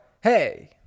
hey